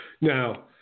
Now